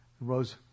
rose